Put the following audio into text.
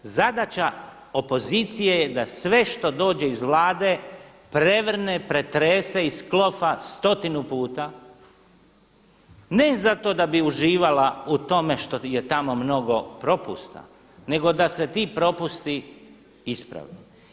Zadaća opozicije je da sve što dođe iz Vlade prevrne, pretrese, isklofa stotinu puta, ne zato da bi uživala u tome što je tamo mnogo propusta nego da se ti propusti isprave.